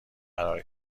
قرار